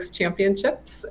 championships